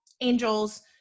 angels